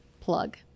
Plug